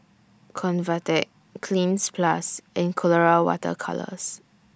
Convatec Cleanz Plus and Colora Water Colours